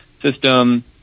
system